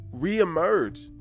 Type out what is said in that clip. reemerge